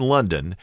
London